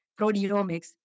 proteomics